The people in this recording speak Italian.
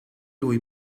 lui